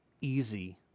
easy